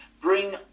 Bring